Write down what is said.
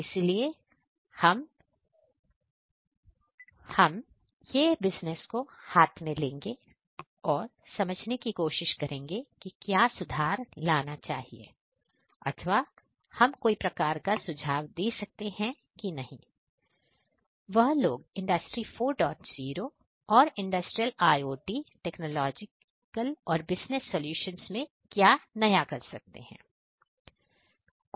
इसीलिए हम यह रो बिजनेस को हाथ में लेंगे और समझने की कोशिश करेंगे कि क्या सुधार लाना चाहिए चाहिए अथवा हम कोई प्रकार का सुझाव दें कि वह लोग इंडस्ट्री 40 और इंडस्ट्रियल और बिजनेस सॉल्यूशंस में क्या नया कर सकते हैं